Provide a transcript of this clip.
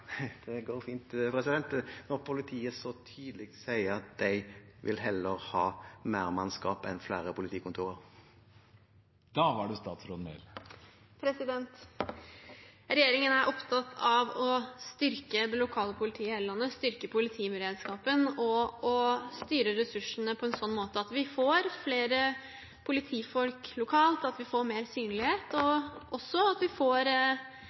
de heller vil ha mer mannskap enn flere politikontor. Regjeringen er opptatt av å styrke det lokale politiet i hele landet, styrke politiberedskapen og styre ressursene på en sånn måte at vi får flere politifolk lokalt, at vi får mer synlighet, og at vi får